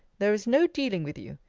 there is no dealing with you.